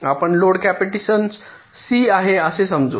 आपण load capacitance C आहे असे समजू